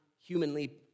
humanly